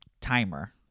timer